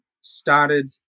started